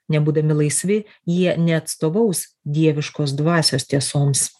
nebūdami laisvi jie neatstovaus dieviškos dvasios tiesoms